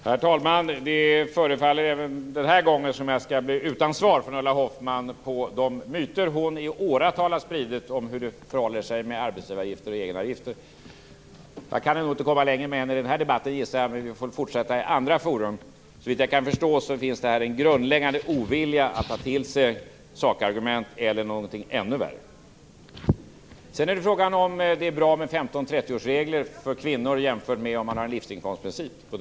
Herr talman! Det förefaller även den här gången som att jag skall bli utan svar från Ulla Hoffmann när det gäller de myter hon i åratal har spridit om hur det förhåller sig med arbetsgivaravgifter och egenavgifter. Jag kan nog inte komma längre i den här debatten, gissar jag, men vi får väl fortsätta i andra forum. Såvitt jag kan förstå finns det här en grundläggande ovilja att ta till sig sakargument, eller någonting ännu värre. Sedan är frågan om det är bra med 15/30 årsregeln för kvinnor jämfört med livsinkomstprincipen.